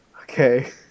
Okay